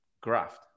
graft